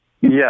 Yes